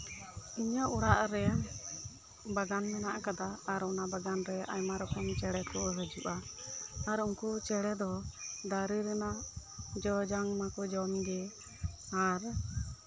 ᱤᱧᱟᱹᱜ ᱚᱲᱟᱜ ᱨᱮ ᱵᱟᱜᱟᱱ ᱢᱮᱱᱟᱜ ᱟᱠᱟᱫᱟ ᱟᱨ ᱚᱱᱟ ᱵᱟᱜᱟᱱ ᱨᱮ ᱟᱭᱢᱟ ᱨᱚᱠᱚᱢ ᱪᱮᱬᱮ ᱠᱚ ᱦᱤᱡᱩᱜᱼᱟ ᱟᱨ ᱩᱱᱠᱩ ᱪᱮᱬᱮ ᱫᱚ ᱫᱟᱨᱮ ᱨᱮᱱᱟᱜ ᱡᱚᱼᱡᱟᱝ ᱢᱟᱠᱚ ᱡᱚᱢ ᱜᱮ ᱟᱨ